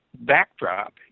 backdrop